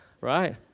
right